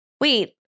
wait